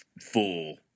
full